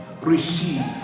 receive